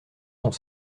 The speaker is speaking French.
sont